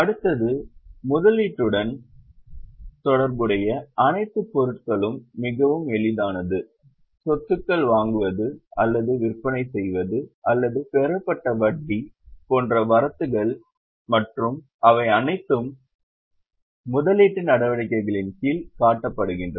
அடுத்தது முதலீட்டுடன் தொடர்புடைய அனைத்து பொருட்களும் மிகவும் எளிதானது சொத்துக்கள் வாங்குவது அல்லது விற்பனை செய்வது அல்லது பெறப்பட்ட வட்டி போன்ற வரத்துக்கள் மற்றும் அவை அனைத்தும் முதலீட்டு நடவடிக்கைகளின் கீழ் காட்டப்படுகின்றன